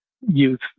youth